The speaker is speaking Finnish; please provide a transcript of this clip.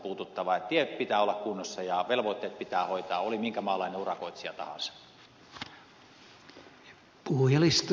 teiden pitää olla kunnossa ja velvoitteet pitää hoitaa oli minkä maalainen urakoitsija tahansa